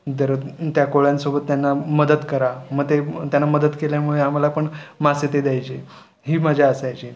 तर त्या कोळ्यांसोबत त्यांना मदत करा मग ते त्यांना मदत केल्यामुळे आम्हाला पण मासे ते द्यायचे ही मजा असायची